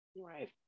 right